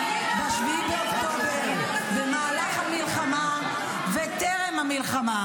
ב-7 באוקטובר במהלך המלחמה וטרם המלחמה.